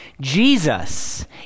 Jesus